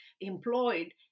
employed